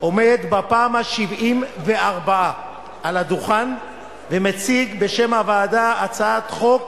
עומד בפעם ה-74 על הדוכן ומציג בשם הוועדה הצעת חוק